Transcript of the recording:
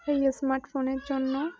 এই স্মার্টফোনের জন্য